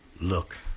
look